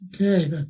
Okay